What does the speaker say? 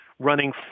running